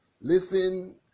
Listen